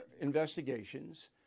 investigations